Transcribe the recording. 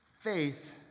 faith